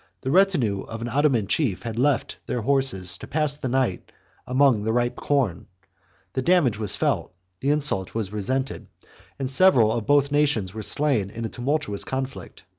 the retinue of an ottoman chief had left their horses to pass the night among the ripe corn the damage was felt the insult was resented and several of both nations were slain in a tumultuous conflict.